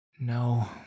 No